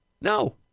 No